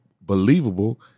believable